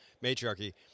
matriarchy